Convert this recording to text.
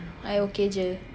I okay jer